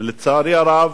לצערי הרב,